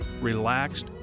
relaxed